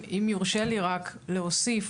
אם יורשה לי להוסיף.